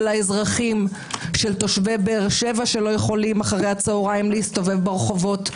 האזרחים של תושבי באר שבע שלא יכולים אחר הצהריים להסתובב ברחובות,